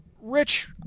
Rich